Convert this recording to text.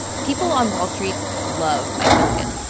people on wall street love mike milken.